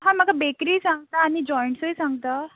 हां म्हाका बेकरी सांगता आनी जॉयंट्सय सांगता